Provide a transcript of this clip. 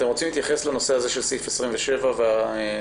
אתם רוצים להתייחס לנושא של סעיף 27 והבקשה